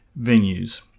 venues